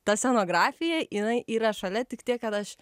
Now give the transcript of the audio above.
ta scenografija jinai yra šalia tik tiek kad aš